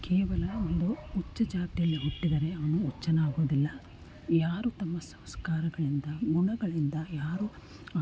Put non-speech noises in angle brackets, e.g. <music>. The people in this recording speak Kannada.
ಕೇವಲ ಒಂದು ಉಚ್ಛ ಜಾತಿಯಲ್ಲಿ ಹುಟ್ಟಿದರೆ ಅವನು ಉಚ್ಛನಾಗೊದಿಲ್ಲ ಯಾರು ತಮ್ಮ ಸಂಸ್ಕಾರಗಳಿಂದ <unintelligible> ಗಳಿಂದ ಯಾರು